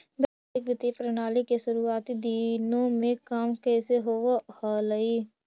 वैश्विक वित्तीय प्रणाली के शुरुआती दिनों में काम कैसे होवअ हलइ